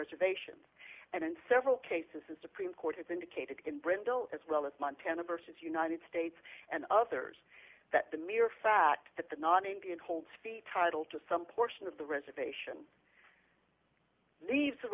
reservations and in several cases the supreme court has indicated in brindle as well as montana versus united states and others that the mere fact that the nodding in holds fee title to some portion of the reservation leave